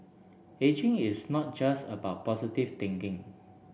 ageing is not just about positive thinking